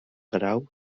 grau